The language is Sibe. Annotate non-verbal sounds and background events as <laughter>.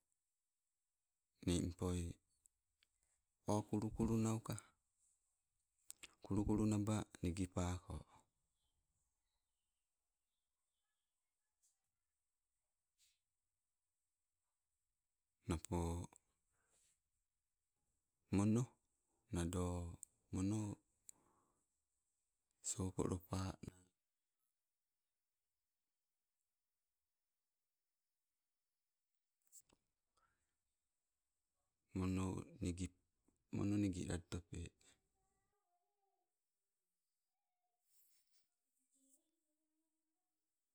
Nimpoi, o kulukulu nauka, kulukulu naba nigi pako <hesitation> napo mono nadoo mono sopo lopana, mono nigi, mono nigi lali tope.